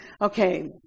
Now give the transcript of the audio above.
Okay